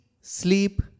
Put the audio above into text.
sleep